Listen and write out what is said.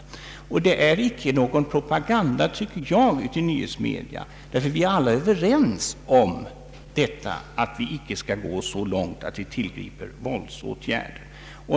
Enligt min mening vore det icke någon propaganda i nyhetsmedia, ty vi är alla överens om att vi icke får gå så långt som till att tillgripa våldsåtgärder.